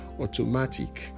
automatic